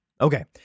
Okay